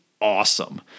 awesome